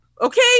Okay